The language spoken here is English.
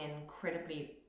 incredibly